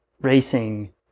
racing